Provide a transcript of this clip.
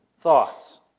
thoughts